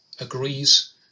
agrees